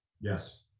Yes